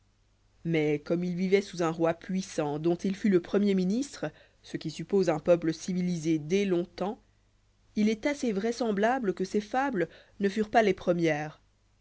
mais comme il yiypit sous un roi puissant dont il fut le premier ministre ce quisùppcse un peuple civilisé dès long-temps il est assez vraisemblable que ses fables ne furent pas les premières